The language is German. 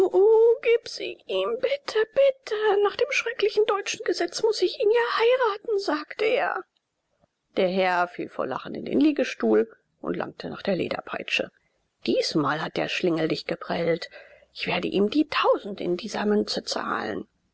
gib sie ihm bitte bitte nach dem schrecklichen deutschen gesetz muß ich ihn ja heiraten sagt er der herr fiel vor lachen in den liegestuhl und langte nach der lederpeitsche diesmal hat der schlingel dich geprellt ich werde ihm die tausend in dieser münze zahlen